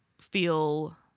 feel